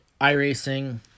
iRacing